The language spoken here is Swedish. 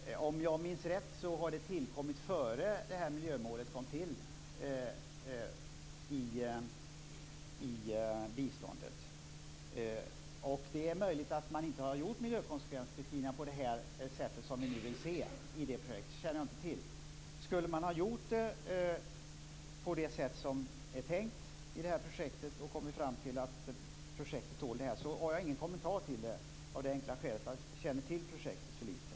Om jag minns rätt har det tillkommit innan miljömålet kom till i biståndet. Det är möjligt att man inte har gjort någon miljökonsekvensbeskrivning av det projektet på det sätt som vi nu vill se. Det känner jag inte till. Skulle man ha gjort det på det sätt som är tänkt i det här projektet och kommit fram till att projektet tål det här har jag ingen kommentar till det av det enkla skälet att jag känner till projektet för lite.